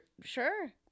Sure